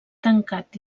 tancat